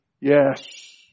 Yes